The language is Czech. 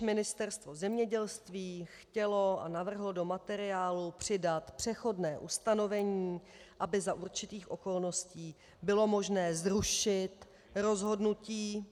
Ministerstvo zemědělství rovněž chtělo a navrhlo do materiálu přidat přechodné ustanovení, aby za určitých okolností bylo možné zrušit rozhodnutí...